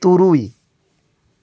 ᱛᱩᱨᱩᱭ